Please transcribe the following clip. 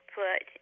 put